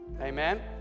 Amen